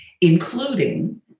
including